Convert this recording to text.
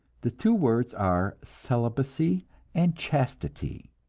the two words are celibacy and chastity.